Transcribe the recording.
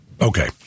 Okay